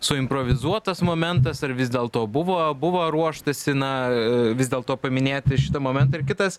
suimprovizuotas momentas ar vis dėlto buvo buvo ruoštasi na vis dėlto paminėti šitą momentą ir kitas